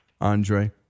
Andre